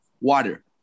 water